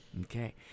Okay